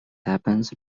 happens